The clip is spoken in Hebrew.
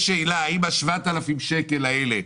יש שאלה האם ה-7,000 שקל האלה,